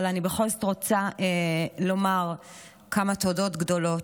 אבל אני בכל זאת רוצה לומר כמה תודות גדולות: